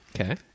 Okay